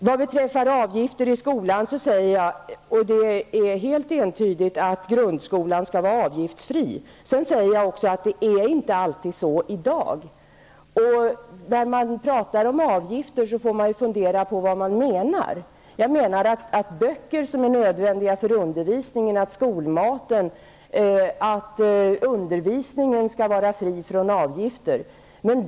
När det gäller avgifter i skolan har jag sagt helt entydigt att grundskolan skall vara avgiftsfri. Det är emellertid inte alltid så i dag. När man talar om avgifter, måste man veta vad man menar. Jag anser att böcker som är nödvändiga för undervisningen samt skolmat och undervisning skall vara fria från avgifter.